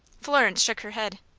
florence shook her head.